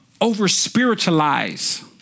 over-spiritualize